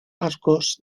arcos